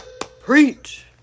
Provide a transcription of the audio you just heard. preach